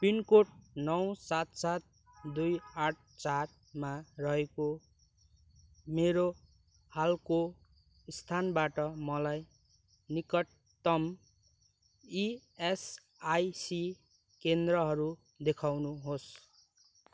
pin code नौ सात सात दुई आठ चारमा रहेको मेरो हालको स्थानबाट मलाई निकटतम इएसआइसी केन्द्रहरू देखाउनुहोस्